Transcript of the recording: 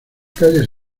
calles